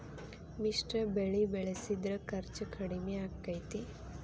ಮಿಶ್ರ ಬೆಳಿ ಬೆಳಿಸಿದ್ರ ಖರ್ಚು ಕಡಮಿ ಆಕ್ಕೆತಿ?